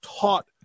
taught